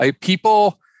People